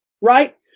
right